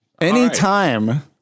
anytime